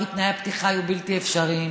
כי תנאי הפתיחה היו בלתי אפשריים,